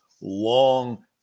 long